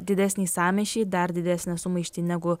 didesnį sąmyšį dar didesnę sumaištį negu